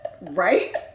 Right